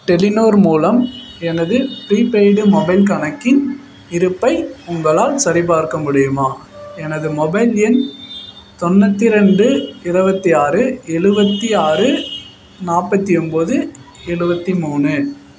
Telenor மூலம் எனது prepaid mobile கணக்கின் இருப்பை உங்களால் சரிபார்க்க முடியுமா எனது மொபைல் எண் தொண்ணூற்றி ரெண்டு இருபத்தி ஆறு எழுபத்தி ஆறு நாற்பத்தி ஒம்பது எழுபத்தி மூணு